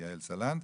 יעל סלנט,